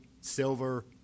silver